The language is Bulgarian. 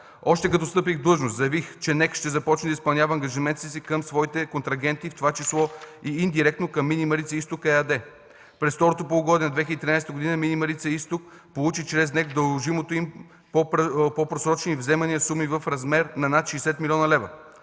Още като встъпих в длъжност заявих, че НЕК ще започне да изпълнява ангажиментите си към своите контрагенти, в това число и индиректно към „Мини Марица изток” ЕАД. През второто полугодие на 2013 г. „Мини Марица изток” получиха чрез НЕК дължимите им по просрочени вземания суми в размер на над 60 млн. лв.